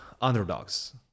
underdogs